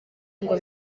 ngo